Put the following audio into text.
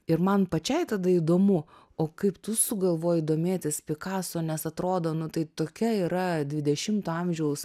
ir man pačiai tada įdomu o kaip tu sugalvoji domėtis pikaso nes atrodo nu tai tokia yra dvidešimto amžiaus